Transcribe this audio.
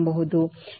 ಇದು 1